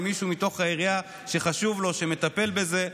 למישהו מתוך העירייה שחשוב לו שנטפל בזה,